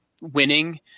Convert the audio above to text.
winning